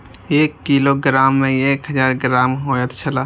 एक किलोग्राम में एक हजार ग्राम होयत छला